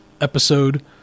episode